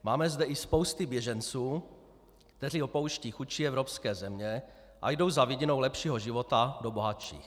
Máme zde i spousty běženců, kteří opouštějí chudší evropské země a jdou za vidinou lepšího života do bohatších.